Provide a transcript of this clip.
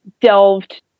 delved